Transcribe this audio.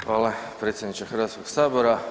Hvala predsjedniče Hrvatskog sabora.